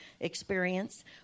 experience